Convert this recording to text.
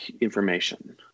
information